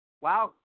Wow